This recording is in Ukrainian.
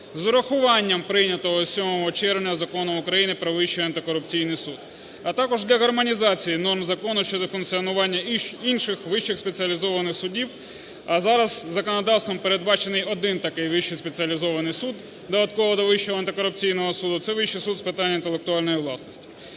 з урахуванням прийнятого 7 червня Закону України "Про Вищий антикорупційний суд", а також для гармонізації норм Закону щодо функціонування інших вищих спеціалізованих судів. А зараз законодавством передбачений один такий Вищий спеціалізований суд, додатково до Вищого антикорупційного суду, - це Вищий суд з питань інтелектуальної власності.